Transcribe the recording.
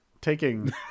taking